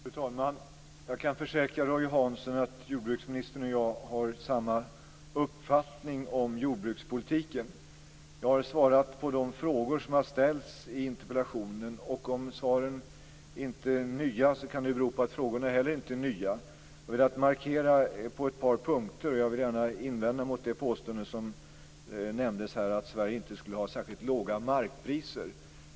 Fru talman! Jag kan försäkra Roy Hansson att jordbruksministern och jag har samma uppfattning om jordbrukspolitiken. Jag har svarat på de frågor som har ställts i interpellationen. Om svaren inte är nya kan det bero på att inte heller frågorna är nya. Jag har velat markera på ett par punkter och vill gärna invända mot påståendet att Sverige inte har särskilt låga markpriser.